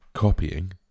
Copying